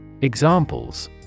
Examples